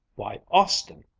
why, austin!